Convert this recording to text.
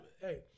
Hey